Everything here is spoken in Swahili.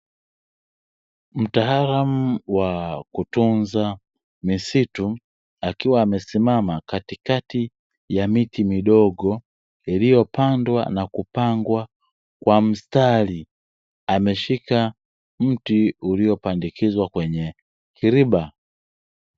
Mtaalamu wa kutunza misitu, akiwa amesimama katikati ya miti midogo iliyopandwa na kupangwa kwa mstari, ameshika mti uliopandikizwa kwenye hiriba.